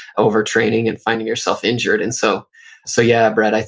over-training and finding yourself injured. and so so yeah, brett,